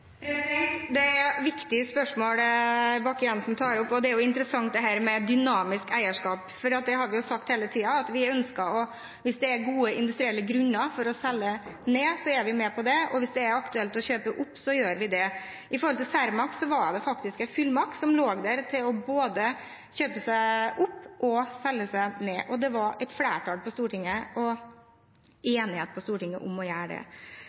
Det er viktige spørsmål Bakke-Jensen tar opp. Det er jo interessant dette med dynamisk eierskap. Vi har sagt hele tiden at hvis det er gode industrielle grunner for å selge ned, er vi med på det, og hvis det er aktuelt å kjøpe opp, gjør vi det. Når det gjelder Cermaq, var det faktisk en fullmakt som lå der til både å kjøpe seg opp og å selge seg ned, og det var et flertall på Stortinget – enighet i Stortinget – for å gjøre det.